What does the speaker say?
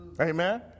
Amen